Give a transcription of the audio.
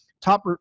top